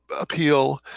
appeal